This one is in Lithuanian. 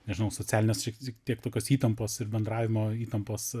nežinau socialinės šiek tiek tokios įtampos ir bendravimo įtampos